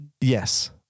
yes